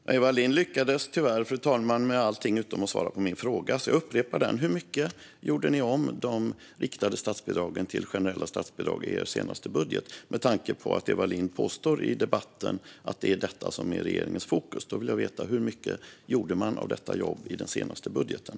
Fru talman! Eva Lindh lyckades tyvärr med allting utom att svara på min fråga, så jag upprepar den: Hur mycket pengar gjorde ni om från riktade till generella statsbidrag i er senaste budget, med tanke på att Eva Lindh här i debatten påstår att det är detta som är regeringens fokus? Då vill jag veta hur mycket man gjorde av detta jobb i den senaste budgeten.